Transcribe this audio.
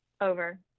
Over